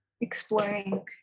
exploring